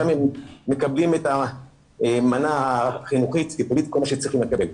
שם הם מקבלים את המנה החינוכית וכל מה שהם צריכים לקבל.